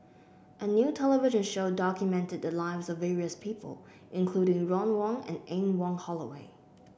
a new television show documented the lives of various people including Ron Wong and Anne Wong Holloway